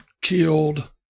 killed